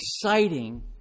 exciting